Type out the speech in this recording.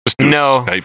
No